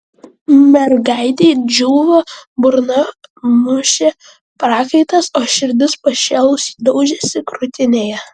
mergaitei džiūvo burna mušė prakaitas o širdis pašėlusiai daužėsi krūtinėje